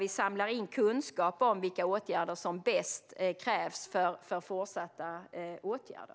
Vi samlar in kunskap om vilka åtgärder som bäst krävs i fortsättningen.